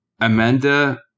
Amanda